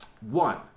One